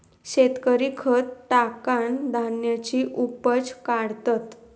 शेतकरी खत टाकान धान्याची उपज काढतत